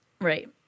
Right